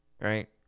Right